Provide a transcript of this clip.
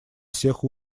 всех